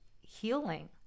healing